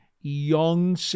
young